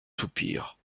soupirs